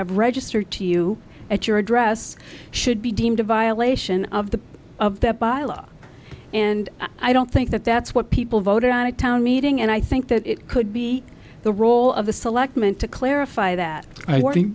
have registered to you at your address should be deemed a violation of the of the bylaw and i don't think that that's what people voted out of town meeting and i think that it could be the role of the selectmen to clarify that i